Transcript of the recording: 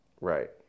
Right